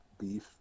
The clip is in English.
beef